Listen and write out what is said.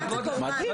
מדהים, מדהים.